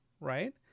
right